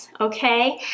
Okay